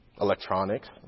electronics